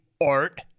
Art